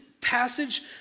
Passage